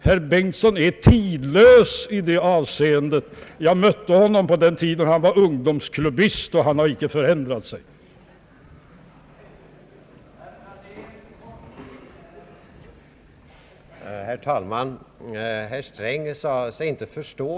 Herr Bengtson är tidlös i det avseendet; jag mötte honom då han var centerpartistisk ungdomsklubbist, och han har inte förändrat sig sedan den tiden.